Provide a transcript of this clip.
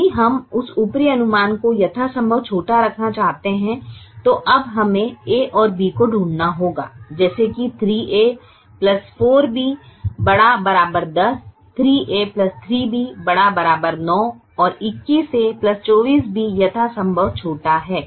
यदि हम उस ऊपरी अनुमान को यथासंभव छोटा रखना चाहते हैं तो अब हमें a और b को ढूंढना होगा जैसे कि 3a 4b ≥ 10 3a 3b ≥ 9 और 21a 24b यथासंभव छोटा है